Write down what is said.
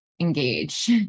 engage